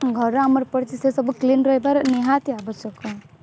ଘର ଆମର ପଡ଼ିଛି ସେ ସବୁ କ୍ଲିନ୍ ରହିବାର ନିହାତି ଆବଶ୍ୟକ